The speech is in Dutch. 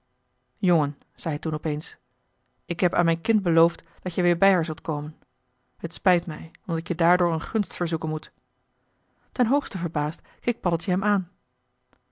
jongen zei hij toen opeens ik heb aan mijn kind beloofd dat jij weer bij haar zult komen het spijt mij omdat ik je daardoor een gunst verzoeken moet ten hoogste verbaasd keek paddeltje hem aan